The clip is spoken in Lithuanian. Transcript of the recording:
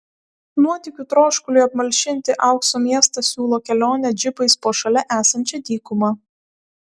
nuotykių troškuliui apmalšinti aukso miestas siūlo kelionę džipais po šalia esančią dykumą